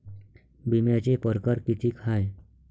बिम्याचे परकार कितीक हाय?